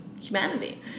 humanity